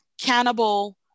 cannibal